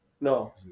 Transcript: No